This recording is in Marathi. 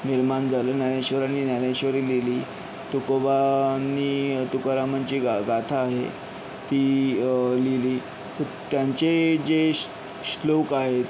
निर्माण झालं ज्ञानेश्वरांनी ज्ञानेश्वरी लिहिली तुकोबांनी तुकारामांची गा गाथा आहे ती लिहिली त्यांचे जे श् श्लोक आहेत